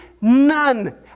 None